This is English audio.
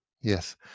yes